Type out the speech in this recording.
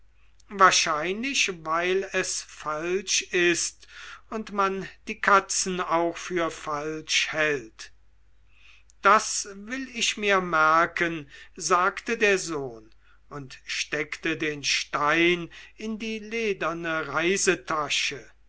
wahrscheinlich weil es falsch ist und man die katzen auch für falsch hält das will ich mir merken sagte der sohn und steckte den stein in die lederne reisetasche